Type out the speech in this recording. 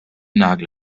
nagel